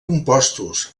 compostos